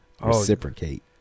reciprocate